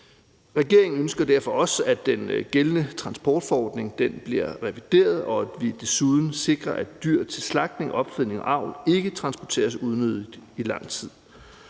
Regeringen ønsker derfor også, at den gældende transportforordning bliver revideret, og at vi desuden sikrer, at dyr til slagtning, opfedning og avl ikke transporteres unødigt i lang tid.